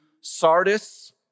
Sardis